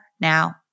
now